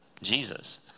jesus